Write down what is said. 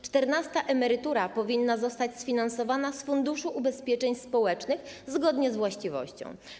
Czternasta emerytura powinna zostać sfinansowana z Funduszu Ubezpieczeń Społecznych, zgodnie z właściwością.